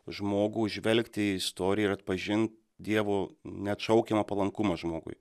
žmogų žvelgti į istoriją ir atpažint dievo neatšaukiamą palankumą žmogui